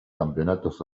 campeonatos